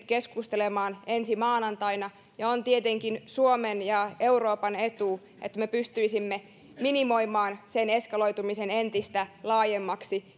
keskustelemaan ensi maanantaina on tietenkin suomen ja euroopan etu että me pystyisimme minimoimaan sen eskaloitumisen entistä laajemmaksi